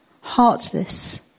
heartless